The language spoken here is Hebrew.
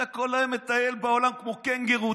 אתה כל היום מטייל בעולם כמו קנגורו.